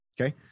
Okay